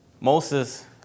Moses